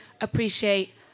appreciate